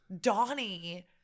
Donnie